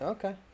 Okay